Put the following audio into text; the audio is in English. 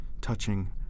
touching